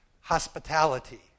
hospitality